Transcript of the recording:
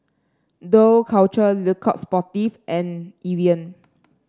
Dough Culture Le Coq Sportif and Evian